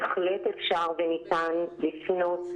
בהחלט אפשר וניתן לפנות,